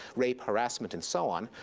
rape, harassment, and so on,